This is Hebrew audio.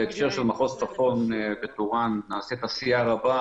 בהקשר של מחוז צפון בטורעאן נעשית עשייה רבה